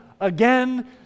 again